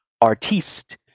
artiste